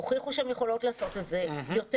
הוכיחו שהן יכולות לעשות את זה יותר